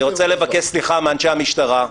אני רוצה לבקש סליחה מאנשי המשטרה,